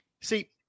See